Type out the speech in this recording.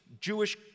Jewish